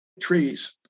trees